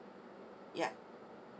yeah